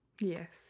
Yes